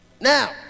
Now